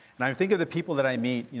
and i think of the people that i meet,